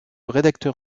rédacteur